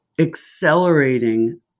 accelerating